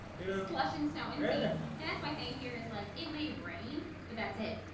you know flushing seven yes, my thing here is like it may rain, but that's it.